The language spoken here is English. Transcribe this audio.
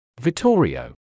Vittorio